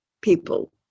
people